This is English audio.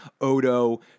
Odo